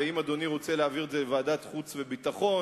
ואם אדוני רוצה להעביר את זה לוועדת החוץ והביטחון,